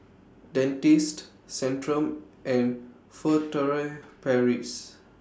Dentiste Centrum and Furtere Paris